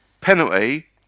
penalty